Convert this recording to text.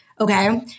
Okay